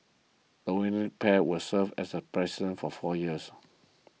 the winning pair will serve as President for four years